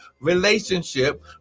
Relationship